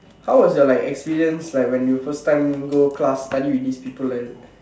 how was your like experience like when you first time go class study with these people like that